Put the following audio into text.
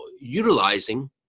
utilizing